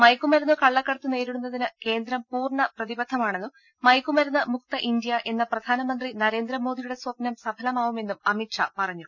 മയക്കുമരുന്ന് കള്ളക്കടത്ത് നേരിടുന്നതിന് കേന്ദ്രം പൂർണ്ണ പ്രതിബദ്ധമാണെന്നും മയക്കുമരുന്ന് മുക്ത ഇന്ത്യ എന്ന പ്രധാനമന്ത്രി നരേന്ദ്രമോദിയുടെ സ്വപ്നം സഫലമാവുമെന്നും അമിത് ഷാ പറഞ്ഞു